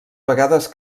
vegades